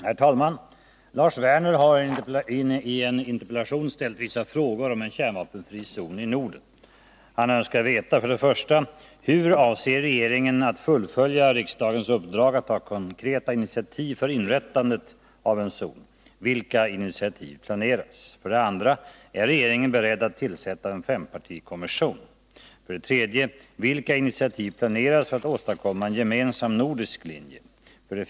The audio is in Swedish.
Herr talman! Lars Werner har i en interpellation ställt vissa frågor om en kärnvapenfri zon i Norden. Han önskar veta: 1. Hur avser regeringen fullfölja riksdagens uppdrag att ta konkreta initiativ för inrättandet av en zon? Vilka initiativ planeras? 2. Är regeringen beredd att tillsätta en fempartikommission? 3. Vilka initiativ planeras för att åstadkomma en gemensam nordisk linje? 4.